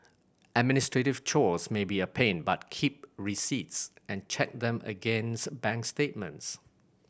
administrative chores may be a pain but keep receipts and check them against bank statements